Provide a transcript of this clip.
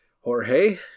Jorge